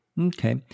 Okay